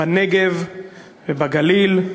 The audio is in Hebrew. בנגב ובגליל,